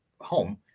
home